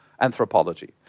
anthropology